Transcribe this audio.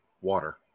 Water